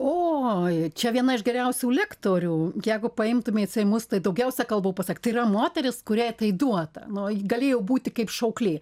oi čia viena iš geriausių lektorių jegu paimtumėt seimus tai daugiausia kalbų pasakė tai yra moteris kuriai tai duota nu galėjau būti kaip šauklė